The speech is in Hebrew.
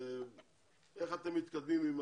איך אתם מתקדמים עם